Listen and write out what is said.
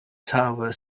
tower